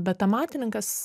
bet amatininkas